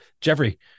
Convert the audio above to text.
Jeffrey